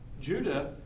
Judah